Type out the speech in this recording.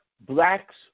blacks